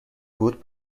بود